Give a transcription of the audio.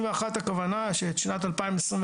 הכוונה שבשנת 2021,